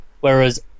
whereas